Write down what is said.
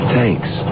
Thanks